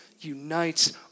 unites